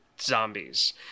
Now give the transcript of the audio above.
zombies